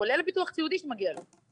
כולל הביטוח הסיעודי שמגיע לו,